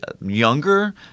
younger